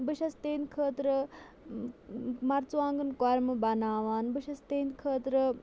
بہٕ چھَس تِہِنٛدۍ خٲطرٕ مَرژٕوانٛگُن کۄرمہٕ بَناوان بہٕ چھَس تِہِنٛدۍ خٲطرٕ